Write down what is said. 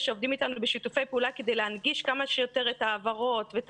שעובדים איתנו בשיתופי פעולה כדי להנגיש כמה שיותר את ההבהרות ואת